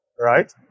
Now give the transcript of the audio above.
right